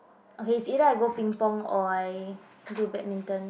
okay it's either I go ping-pong or I do badminton